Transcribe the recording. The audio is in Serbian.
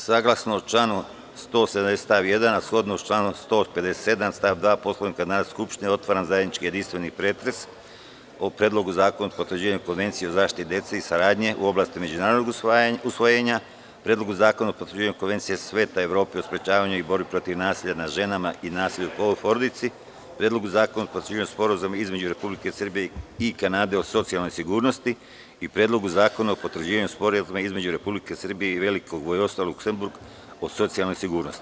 Saglasno članu 170. stav 1, a shodno članu 157. stav 2. Poslovnika Narodne skupštine, otvaram zajednički jedinstveni pretres o Predlogu zakona o potvrđivanju Konvencije o zaštiti dece i saradnji u oblasti međunarodnog usvojenja, Predlogu zakona o potvrđivanju Konvencije Saveta Evrope o sprečavanju i borbi protiv nasilja nad ženama i nasilja u porodici, Predlogu zakona o potvrđivanju Sporazuma između Republike Srbije i Kanade o socijalnoj sigurnosti i Predlogu zakona o potvrđivanju Sporazuma između Republike Srbije i Velikog Vojvodstva Luksemburg o socijalnoj sigurnosti.